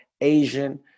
Asian